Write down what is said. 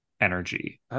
energy